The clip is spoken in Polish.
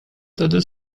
tedy